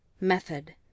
method